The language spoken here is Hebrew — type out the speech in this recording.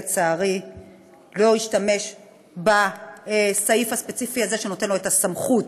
לצערי לא השתמש בסעיף הספציפי הזה שנותן לו את הסמכות.